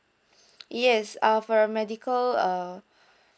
yes ah for a medical uh